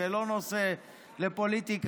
זה לא נושא לפוליטיקה.